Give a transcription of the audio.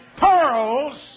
pearls